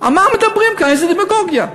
על מה מדברים כאן, איזה דמגוגיה?